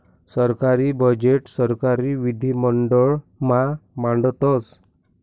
सरकारी बजेट सरकारी विधिमंडळ मा मांडतस